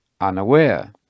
unaware